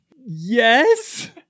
yes